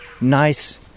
nice